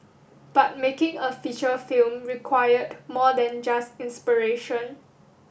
but making a feature film required more than just inspiration